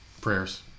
Prayers